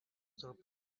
tarp